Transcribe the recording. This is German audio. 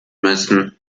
müssen